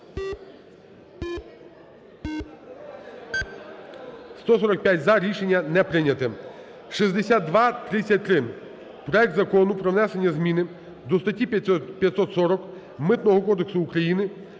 За-145 Рішення не прийнято. 6233: проект Закону про внесення зміни до статті 540 Митного кодексу України